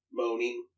moaning